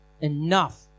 enough